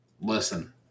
Listen